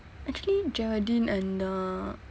actually geraldine and the